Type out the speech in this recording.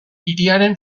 hiriaren